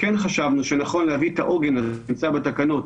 כן חשבנו שנכון להביא את העוגן הזה שנמצא בתקנות